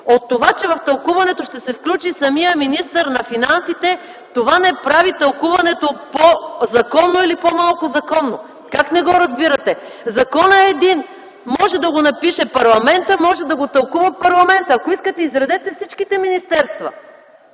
От това, че в тълкуването ще се включи самият министър на финансите, не прави тълкуването по-законно или по-малко законно. Как не го разбирате? Законът е един. Може да го напише парламентът, може да го тълкува парламентът, ако искате изредете всичките министерства.